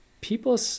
people